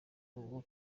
ubu